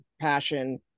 Passion